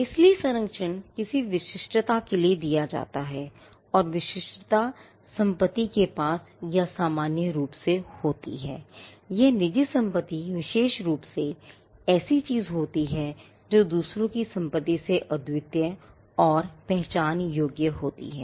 इसलिए संरक्षण किसी विशिष्टता के लिए दिया जाता है और विशिष्टता संपत्ति के पास य सामान्य रूप से होती है यह निजी संपत्ति विशेष रूप से एक ऐसी चीज़ है जो दूसरों की संपत्ति से अद्वितीय और पहचान योग्य है